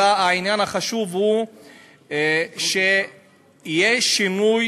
אלא העניין החשוב הוא שיהיה שינוי